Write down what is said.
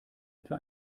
etwa